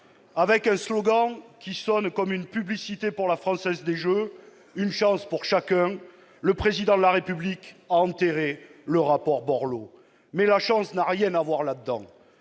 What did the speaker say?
Avec un slogan qui sonne comme une publicité pour la Française des jeux, « une chance pour chacun », le Président de la République a enterré le rapport Borloo. Mais la chance n'a rien à voir là-dedans